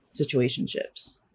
situationships